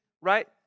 right